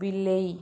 ବିଲେଇ